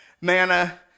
manna